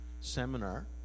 seminar